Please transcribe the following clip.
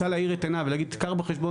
רוצה להאיר את עיניו ולהגיד קח בחשבון